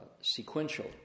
sequential